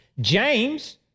James